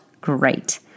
great